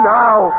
now